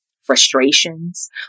frustrations